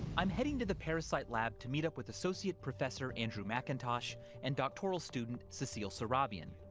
i'm heading to the parasite lab to meet up with associate professor andrew mcintosh and doctoral student cecile serabian.